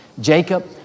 Jacob